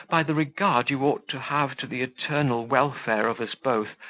by the regard you ought to have to the eternal welfare of us both,